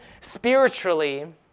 spiritually